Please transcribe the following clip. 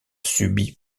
subi